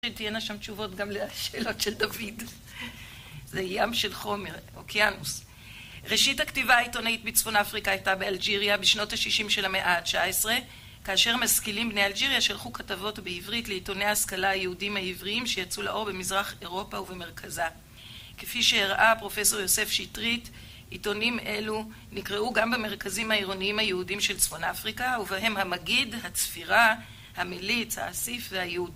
שתהיינה שם תשובות גם לשאלות של דוד. זה ים של חומר, אוקיינוס. ראשית הכתיבה העיתונאית בצפון אפריקה הייתה באלג'יריה בשנות ה-60 של המאה ה-19, כאשר משכילים בני אלג'יריה שלחו כתבות בעברית לעיתוני ההשכלה היהודים העבריים שיצאו לאור במזרח אירופה ובמרכזה. כפי שהראה פרופ' יוסף שטרית, עיתונים אלו נקראו גם במרכזים העירוניים היהודים של צפון אפריקה, ובהם המגיד, הצפירה, המליץ, האסיף והיהו...